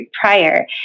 prior